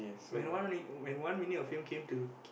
when one when one minute of fame came to k~